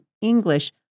English